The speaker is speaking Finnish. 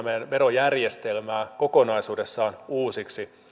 meidän verojärjestelmää kokonaisuudessaan uusiksi